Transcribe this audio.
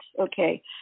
Okay